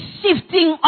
shifting